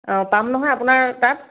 অঁ পাম নহয় আপোনাৰ তাত